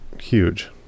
huge